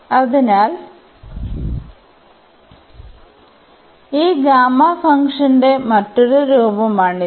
അതിനാൽ ഈ ഗാമാ ഫംഗ്ഷന്റെ മറ്റൊരു രൂപമാണിത്